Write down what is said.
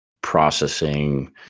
processing